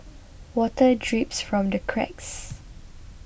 water drips from the cracks